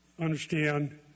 understand